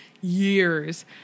years